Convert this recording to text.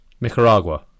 Nicaragua